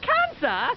Cancer